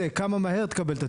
זה כמה מהר תקבל את הטיפול שיניים.